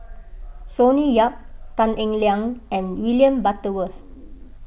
Sonny Yap Tan Eng Liang and William Butterworth